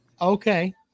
Okay